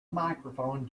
microphone